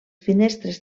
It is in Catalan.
finestres